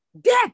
death